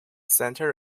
center